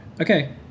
Okay